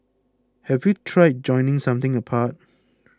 have you tried joining something apart